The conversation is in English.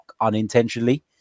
unintentionally